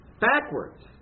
backwards